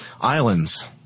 islands